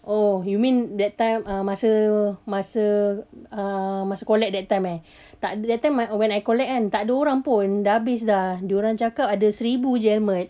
oh you mean that time uh masa masa uh masa collect that time eh takde that time when I collect kan takde orang pun dah habis dah dia orang cakap ada seribu jer helmet